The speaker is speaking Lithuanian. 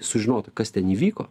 sužinota kas ten įvyko